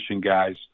guys